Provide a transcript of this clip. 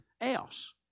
else